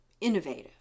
innovative